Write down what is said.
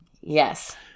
Yes